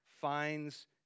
finds